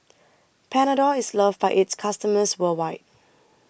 Panadol IS loved By its customers worldwide